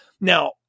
Now